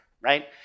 right